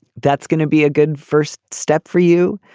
that's going to be a good first step for you.